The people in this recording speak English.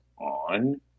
on